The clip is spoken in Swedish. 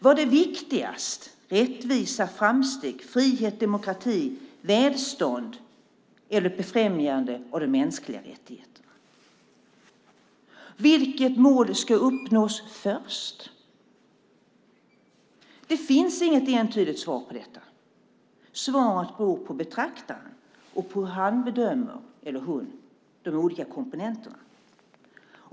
Vad är viktigast - rättvisa, framsteg, frihet, demokrati, välstånd eller befrämjandet av de mänskliga rättigheterna? Vilket mål ska uppnås först? Det finns inget entydigt svar på detta. Svaret beror på betraktaren och på hur han eller hon bedömer de olika komponenterna.